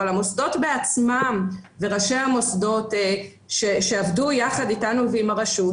אבל המוסדות בעצמם וראשי המוסדות שעבדו יחד איתנו ועם הרשות,